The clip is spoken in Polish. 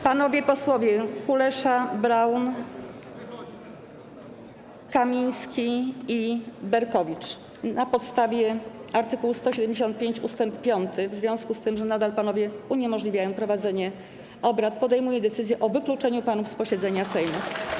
Panowie posłowie Kulesza, Braun, Kamiński i Berkowicz, na podstawie art. 175 ust. 5, w związku z tym, że nadal panowie uniemożliwiają prowadzenie obrad, podejmuję decyzję o wykluczeniu panów z posiedzenia Sejmu.